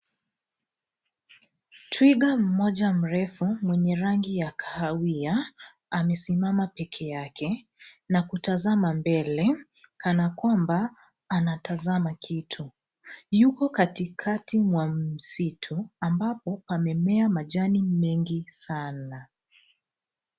Twiga mmoja mrefu mwenye rangi ya kahawi amesimama pekee yake na kutazma mbele kana kwamba anatazma kitu. Yuko katikati mwa msitu ambapo pamemea majani mengi sana.